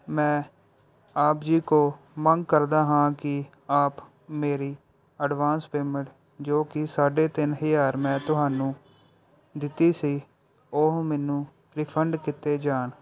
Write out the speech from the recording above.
ਮੈਂ ਆਪ ਜੀ ਕੋ ਮੰਗ ਕਰਦਾ ਹਾਂ ਕਿ ਆਪ ਮੇਰੀ ਐਡਵਾਂਸ ਪੇਮੈਂਟ ਜੋ ਕਿ ਸਾਢੇ ਤਿੰਨ ਹਜ਼ਾਰ ਮੈਂ ਤੁਹਾਨੂੰ ਦਿੱਤੀ ਸੀ ਉਹ ਮੈਨੂੰ ਰਿਫੰਡ ਕੀਤੇ ਜਾਣ